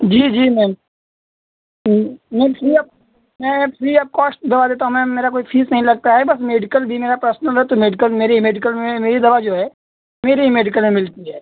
जी जी ma'am ma'am सुनिए आप मैं फ्री ऑफ़ कोश्ट दवा देता हूँ मैम मेरा कोई फ़ीस नहीं लगता है बस मेडिकल भी मेरा पर्सनल हो तो मेडिकल मेरी है मेडिकल में मेरी दवा जो है मेरी ही मेडिकल में मिलती है